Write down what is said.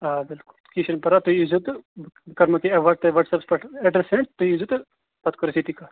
آ بِلکُل کیٚنٛہہ چھُنہٕ پرواے تُہۍ ییٖزیٚو تہٕ بہٕ کٔرہو تۅہہِ واٹٕس ایپس پیٹھ ایٚڈرَس سینٛڈ تہٕ تُہۍ ییٖزیٚو پَتہٕ کرو أسۍ ییٚتی کَتھ